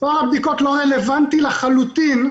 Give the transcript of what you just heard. מספר הבדיקות לא רלוונטי לחלוטין.